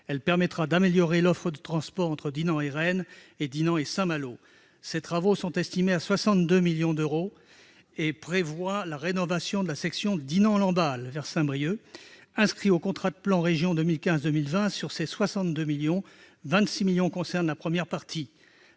Elle permettra d'améliorer l'offre de transport entre Dinan et Rennes et entre Dinan et Saint-Malo. Ces travaux sont estimés à 62 millions d'euros et prévoient la rénovation de la section Dinan-Lamballe vers Saint-Brieuc. Inscrits au CPER 2015-2020, quelque 26 millions d'euros sur 62 millions concernent la première partie.